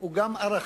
הוא גם ערכים,